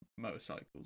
motorcycles